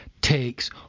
takes